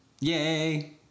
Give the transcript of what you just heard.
Yay